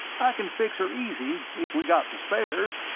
i can fix her easy if we got the spares.